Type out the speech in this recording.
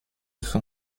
son